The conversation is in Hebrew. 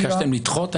ביקשתם לדחות?